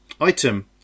Item